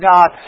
God